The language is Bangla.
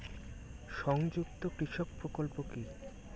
সংযুক্ত কৃষক প্রকল্প কি?